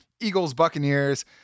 Eagles-Buccaneers